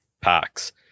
packs